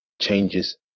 changes